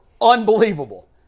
unbelievable